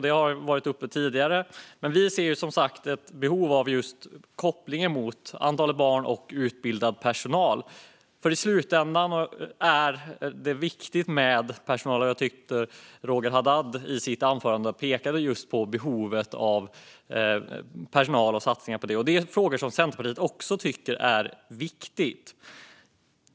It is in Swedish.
Det har tagits upp tidigare. Men Centerpartiet ser ett behov av att man kopplar antalet barn per utbildad personal. I slutänden är personalen viktig. Roger Haddad pekade i sitt anförande på behovet av satsningar på personalen. Det är frågor som även Centerpartiet tycker är viktiga.